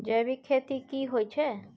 जैविक खेती की होए छै?